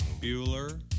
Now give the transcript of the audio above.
Bueller